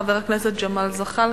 חבר הכנסת ג'מאל זחאלקה.